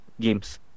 games